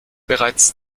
bereits